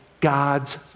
God's